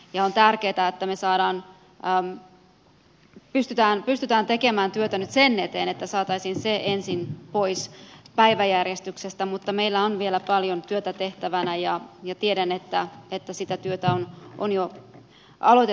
on tärkeätä että me pystymme tekemään työtä nyt sen eteen että saisimme sen ensin pois päiväjärjestyksestä mutta meillä on vielä paljon työtä tehtävänä ja tiedän että sitä työtä on jo alettukin tehdä